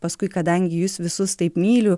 paskui kadangi jus visus taip myliu